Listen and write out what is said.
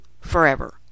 forever